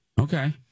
Okay